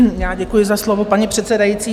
Já děkuji za slovo, paní předsedající.